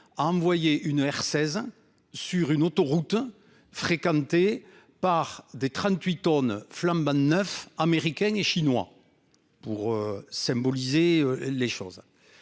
à envoyer une R 16 sur une autoroute fréquentée par des 38 tonnes flambant 9 américaine et chinois pour symboliser les choses.